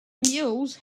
mules